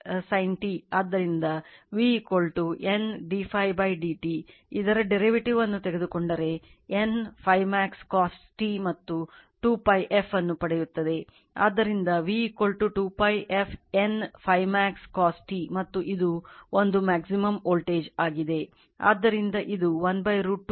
ಆದ್ದರಿಂದ ಈ 1 √ 2 ಅನ್ನು ಭಾಗಿಸಿ ಇದು 2 pi f NΦ max √ 2